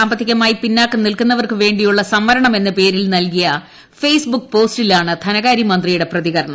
സാമ്പത്തികമായി പിന്നാക്കം നില്ക്കുന്നവർക്ക് വേണ്ടിയുള്ള സംവരണം എന്ന പേരിൽ നല്കിയ ഫെയ്സ്ബുക്ക് പോസ്റ്റിലാണ് ധനകാര്യമന്ത്രിയുടെ പ്രതികരണം